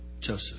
Joseph